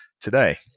today